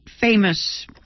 famous